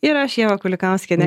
ir aš ieva kulikauskienė